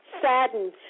saddened